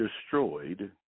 destroyed